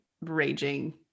raging